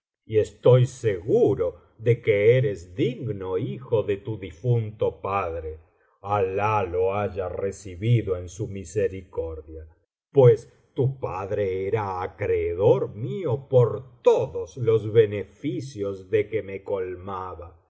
y estoy seguro de que eres digno hijo de tu difunto padre alali lo haya recibido en su misericordia pues tu padre era acreedor mío por todos los beneficios de que me colmaba